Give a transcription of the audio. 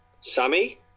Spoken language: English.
Sammy